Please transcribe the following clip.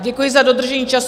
Děkuji za dodržení času.